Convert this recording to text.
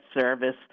service